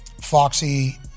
Foxy